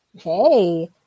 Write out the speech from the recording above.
Hey